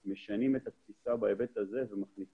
אנחנו משנים את התפיסה בהיבט הזה ומכניסים